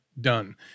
done